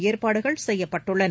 ஏற்பாடுகள் செய்யப்பட்டுள்ளன